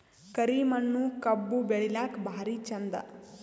ಕರಿ ಮಣ್ಣು ಕಬ್ಬು ಬೆಳಿಲ್ಲಾಕ ಭಾರಿ ಚಂದ?